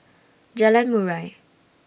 Jalan Murai